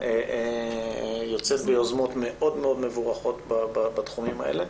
היא יוצאת ביוזמות מאוד מאוד מבורכות בתחומים האלה.